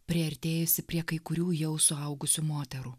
priartėjusi prie kai kurių jau suaugusių moterų